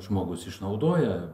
žmogus išnaudoja